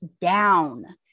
down